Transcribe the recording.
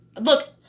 Look